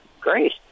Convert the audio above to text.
great